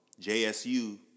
JSU